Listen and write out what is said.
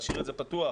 להשאיר את זה פתוח,